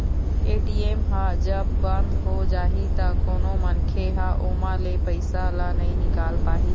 ATM ह जब बंद हो जाही त कोनो मनखे ह ओमा ले पइसा ल नइ निकाल पाही